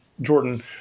Jordan